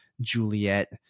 Juliet